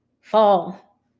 fall